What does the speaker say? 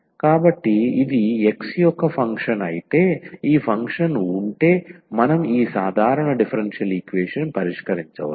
కాబట్టి ఇది x యొక్క ఫంక్షన్ అయితే ఈ ఫంక్షన్ ఉంటే మనం ఈ సాధారణ డిఫరెన్షియల్ ఈక్వేషన్ పరిష్కరించవచ్చు